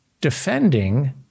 defending